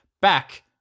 Back